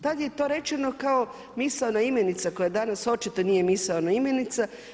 Tad je to rečeno kao misaona imenica koja danas očito nije misaona imenica.